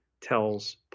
tells